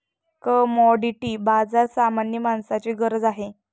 commodity बाजार सामान्य माणसाची गरज आहे